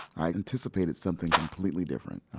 i anticipated something completely different.